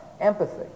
empathy